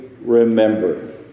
remember